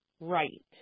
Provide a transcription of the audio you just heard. right